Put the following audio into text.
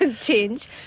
change